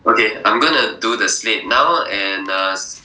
okay I'm gonna do the slate now and uh s~